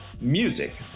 Music